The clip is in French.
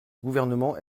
gouvernement